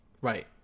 right